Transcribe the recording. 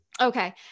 Okay